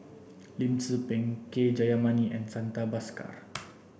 Lim Tze Peng K Jayamani and Santha Bhaskar